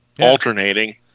alternating